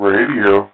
Radio